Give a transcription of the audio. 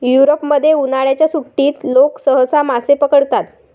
युरोपमध्ये, उन्हाळ्याच्या सुट्टीत लोक सहसा मासे पकडतात